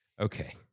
Okay